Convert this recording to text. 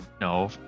No